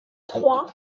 trois